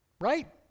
Right